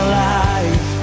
life